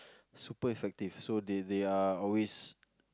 super effective so they they are always